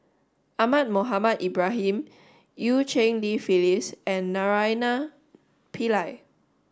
Ahmad Mohamed Ibrahim Eu Cheng Li Phyllis and Naraina Pillai